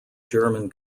german